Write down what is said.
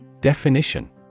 Definition